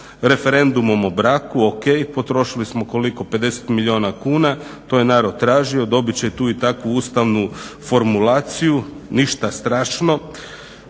referendumom o braku, ok. Potrošili smo koliko? 50 milijuna kuna. To je narod tražio, dobit će tu i takvu ustavnu formulaciju, ništa strašno.